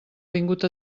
vingut